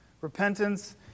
Repentance